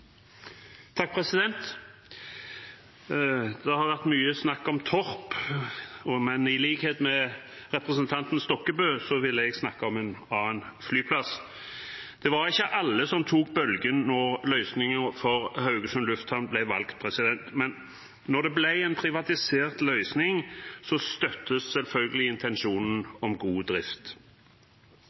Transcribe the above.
Stokkebø vil jeg snakke om en annen flyplass. Det var ikke alle som tok bølgen da løsningen for Haugesund lufthavn ble valgt, men når det ble en privatisert løsning, så støttes selvfølgelig intensjonen om god drift.